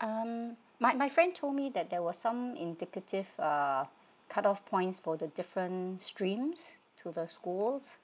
um my my friend told me that there will some indicative uh cut off points for the different streams to the schools